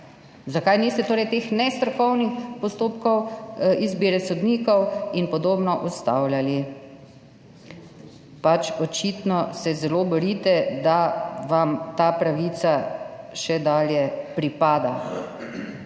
Zakaj torej niste teh nestrokovnih postopkov izbire sodnikov in podobnega ustavljali? Očitno se zelo borite, da vam ta pravica še dalje pripada,